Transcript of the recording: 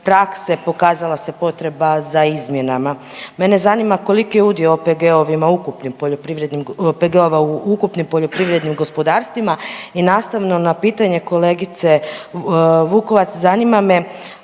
prakse pokazala se potreba za izmjenama. Mene zanima koliki je udio OPG-ovim u ukupnim poljoprivrednim, OPG-ova u ukupnim poljoprivrednim gospodarstvima i nastavno na pitanje kolegice Vukovac zanima me,